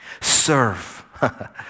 Serve